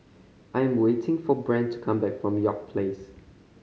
I am waiting for Brent come back from York Place